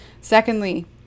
Secondly